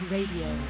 Radio